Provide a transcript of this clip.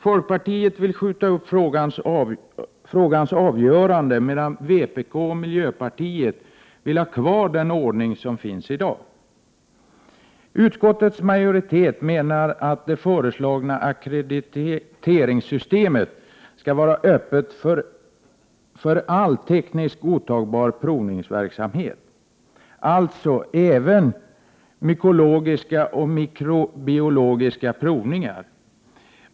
Folkpartiet vill skjuta upp frågans avgörande, medan vpk och miljöpartiet vill ha kvar den ordning som finns i dag. Utskottets majoritet menar att det föreslagna ackrediteringssystemet skall vara öppet för all tekniskt godtagbar provningsverksamhet, alltså även mykologiska och mikrobiologiska provningar.